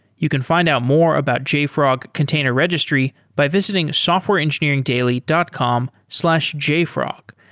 you can find out more about jfrog container registry by visiting softwareengineeringdaily dot com slash jfrog.